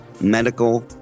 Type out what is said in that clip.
medical